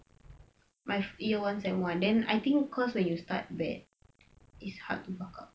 my year one sem one then I think cause when you start bad it's hard to buck up